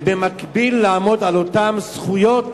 ובמקביל לעמוד על אותן זכויות